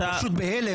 אני מציע לך,